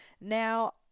Now